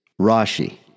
Rashi